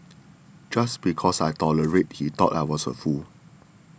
just because I tolerated he thought I was a fool